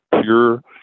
pure